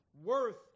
worth